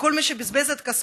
לכל מי שבזבז את כספו,